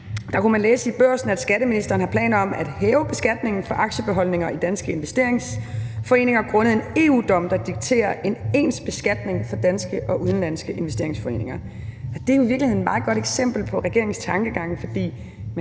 kunne man læse i Børsen, at skatteministeren har planer om at hæve beskatningen af aktiebeholdninger i danske investeringsforeninger grundet en EU-dom, der dikterer ens beskatning af danske og udenlandske investeringsforeninger. Det er i virkeligheden et meget godt eksempel på regeringens tankegang, for